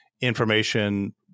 information